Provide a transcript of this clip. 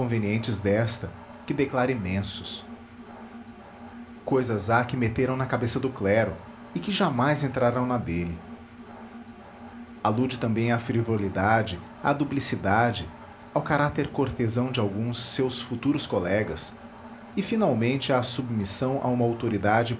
desta que declara imensos cousas há que meteram na cabeça do clero e que jamais entrarão na dele alude também à frivolidade à duplicidade ao caráter cortesão de alguns seus futuros colegas e finalmente à submissão a uma autoridade